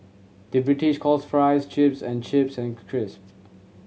the British calls fries chips and chips and crisp